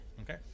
Okay